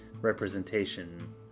representation